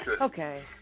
Okay